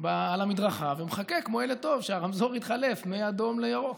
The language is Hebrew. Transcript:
על המדרכה ומחכה כמו ילד טוב שהרמזור יתחלף מאדום לירוק.